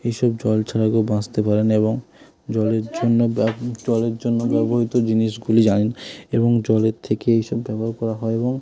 এই সব জল ছাড়া কেউ বাঁচতে পারে না এবং জলের জন্য জলের জন্য ব্যবহৃত জিনিসগুলি জানেন এবং জলের থেকে এই সব ব্যবহার করা হয় এবং